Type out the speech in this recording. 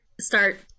start